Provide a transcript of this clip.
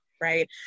right